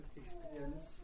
experience